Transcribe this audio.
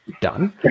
done